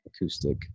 acoustic